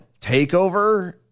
takeover